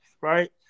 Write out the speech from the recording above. right